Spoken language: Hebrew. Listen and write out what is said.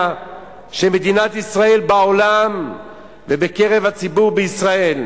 של מדינת ישראל בעולם ובקרב הציבור בישראל,